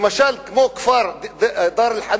למשל, הכפר דאר-אל-חנון.